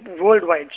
worldwide